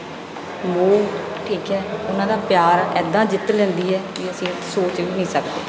ਮੋਹ ਠੀਕ ਹੈ ਉਹਨਾਂ ਦਾ ਪਿਆਰ ਇੱਦਾਂ ਜਿੱਤ ਲੈਂਦੀ ਹੈ ਕਿ ਅਸੀਂ ਸੋਚ ਵੀ ਨਹੀਂ ਸਕਦੇ ਠੀਕ ਹੈ